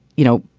you know,